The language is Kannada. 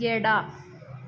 ಎಡ